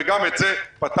וגם את זה פתרנו.